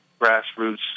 grassroots